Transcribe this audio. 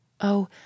oh